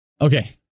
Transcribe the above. Okay